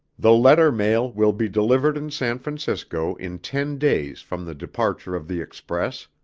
the letter mail will be delivered in san francisco in ten days from the departure of the express.